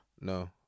No